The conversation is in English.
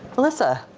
alyssa.